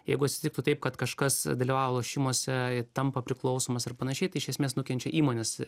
jeigu atsitiktų taip kad kažkas dalyvavo lošimuose tampa priklausomas ar panašiai tai iš esmės nukenčia įmonės